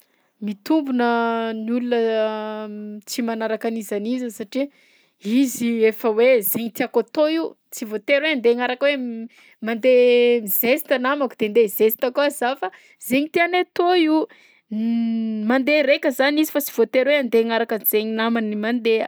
Mitombina ny olona tsy manaraka n'iza n'iza satria izy efa hoe zainy tiako atao io tsy voatery hoe andeha hanaraka hoe mandeha mizeste namako de andeha hizeste koa zaho fa zainy tiany atao io mandeha raika zany izy fa sy voatery hoe andeha hagnaraka zainy namany mandeha.